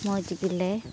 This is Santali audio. ᱢᱚᱡᱽ ᱜᱮᱞᱮ